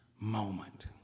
moment